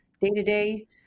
day-to-day